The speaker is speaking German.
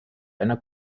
einer